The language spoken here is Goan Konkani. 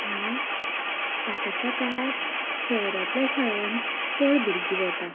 ह्या आतांच्या काळांत शहरांतल्या शाळान चड भुरगीं वता